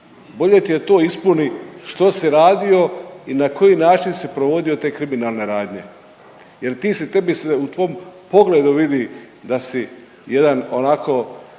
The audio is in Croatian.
Bolje ti je to ispuni što si radio i na koji način si provodio te kriminalne radnje jer ti si, tebi se u tvom pogledu vidi da si jedan onako